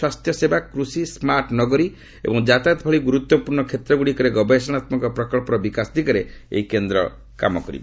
ସ୍ୱାସ୍ଥ୍ୟସେବା କୃଷି ସ୍କାର୍ଟନଗରୀ ଏବଂ ଯାତାୟାତ ଭଳି ଗୁରୁତ୍ୱପୂର୍ଣ୍ଣ କ୍ଷେତ୍ର ଗୁଡ଼ିକରେ ଗବେଷଣାତ୍ମକ ପ୍ରକଳ୍ପର ବିକାଶ ଦିଗରେ ଏହି କେନ୍ଦ୍ର କାମ କରିବ